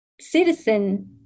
citizen